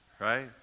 right